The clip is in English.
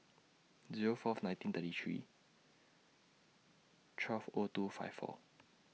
Zero Fourth nineteen thirty three twelve O two five four